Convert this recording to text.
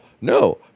no